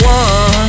one